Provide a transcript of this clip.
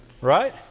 Right